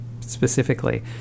specifically